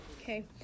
Okay